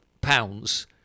pounds